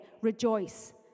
rejoice